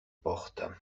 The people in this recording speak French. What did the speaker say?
porte